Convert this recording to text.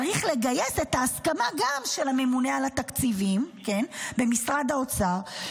צריך לגייס את ההסכמה גם של הממונה על התקציבים במשרד האוצר,